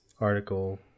article